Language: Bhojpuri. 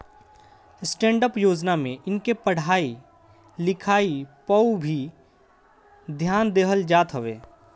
स्टैंडडप योजना में इनके पढ़ाई लिखाई पअ भी ध्यान देहल जात हवे